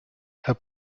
herr